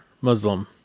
Muslim